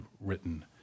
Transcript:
written